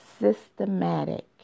systematic